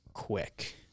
Quick